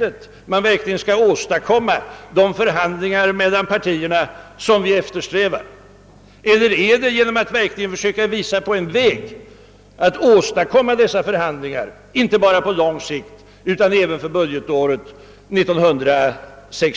som man verkligen kan åstadkomma de förhandlingar mellan partierna som vi eftersträvar, eller är det genom att försöka visa på en väg att åstadkomma dessa förhandlingar, inte bara på lång sikt utan även för budgetåret 1969/70?